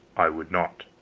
i would not.